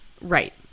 Right